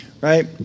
right